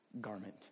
garment